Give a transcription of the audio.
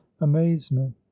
amazement